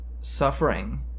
suffering